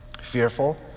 fearful